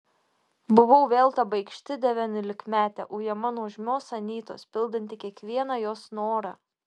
buvau vėl ta baikšti devyniolikmetė ujama nuožmios anytos pildanti kiekvieną jos norą